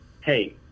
hey